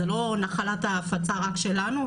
זו לא נחלת ההפצה רק שלנו.